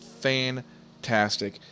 fantastic